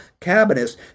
cabinets